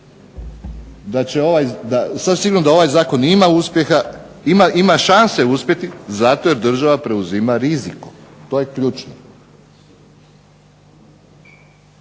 zakon. Sasvim sigurno da ovaj zakon ima uspjeha, ima šanse uspjeti zato jer država preuzima rizik. To je ključno.